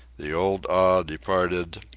the old awe departed,